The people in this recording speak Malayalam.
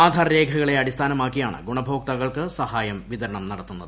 ആധാർ രേഖകളെ അടിസ്ഥാനമാക്കിയാണ് ഗുണഭോക്താക്കൾക്ക് സഹായ വിതരണം നടത്തുന്നത്